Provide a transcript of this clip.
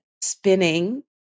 spinning